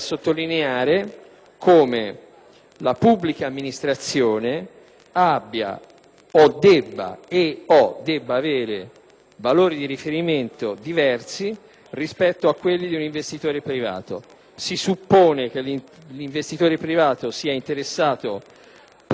la pubblica amministrazione abbia e/o debba avere valori di riferimento diversi rispetto a quelli di un investitore privato: si suppone che quest'ultimo sia interessato, prima ancora che al bene comune,